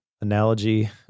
analogy